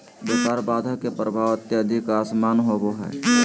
व्यापार बाधा के प्रभाव अत्यधिक असमान होबो हइ